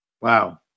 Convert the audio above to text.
Wow